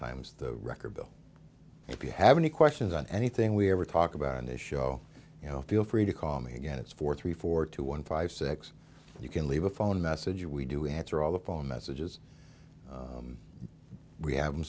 times the record bill if you have any questions on anything we ever talk about on this show you know feel free to call me again it's for three four two one five six you can leave a phone message we do answer all the phone messages we have